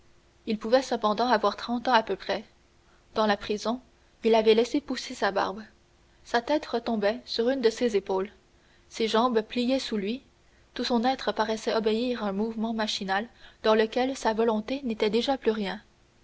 il pouvait cependant avoir trente ans à peu près dans la prison il avait laissé pousser sa barbe sa tête retombait sur une de ses épaules ses jambes pliaient sous lui tout son être paraissait obéir à un mouvement machinal dans lequel sa volonté n'était déjà plus rien